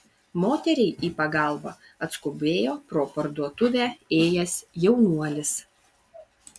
moteriai į pagalbą atskubėjo pro parduotuvę ėjęs jaunuolis